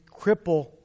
cripple